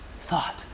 thought